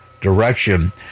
direction